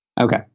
Okay